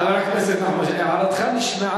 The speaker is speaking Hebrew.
חבר הכנסת נחמן שי, ההערה שלך נשמעה.